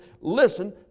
Listen